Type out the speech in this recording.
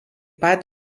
pat